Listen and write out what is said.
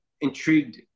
intrigued